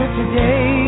today